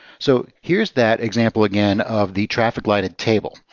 so here's that example, again, of the traffic lighted table.